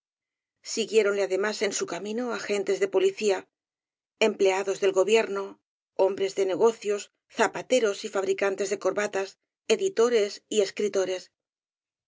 amigo siguiéronle además en su camino agentes de policía empleados del gobierno hombres de negocios zapateros y fabricantes de corbatas editores y escritores